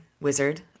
Wizard